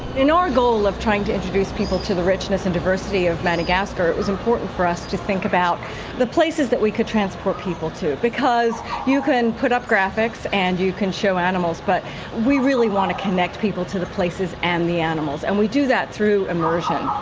in our goal of trying to introduce people to the richness and diversity of madagascar it was important for us to think about the places that we could transport people to, because you can put up graphics and you can show animals, but we really want to connect people to the places and the animals, and we do that through immersion.